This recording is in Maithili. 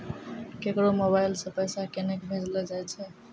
केकरो मोबाइल सऽ पैसा केनक भेजलो जाय छै?